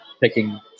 picking